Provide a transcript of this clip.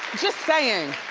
just saying.